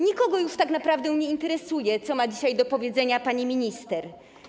Nikogo już tak naprawdę nie interesuje, co ma dzisiaj do powiedzenia pani minister.